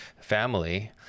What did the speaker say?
family